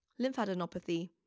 lymphadenopathy